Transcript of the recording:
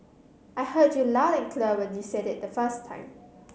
I heard you loud and clear when you said it the first time